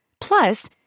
Plus